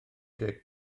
deg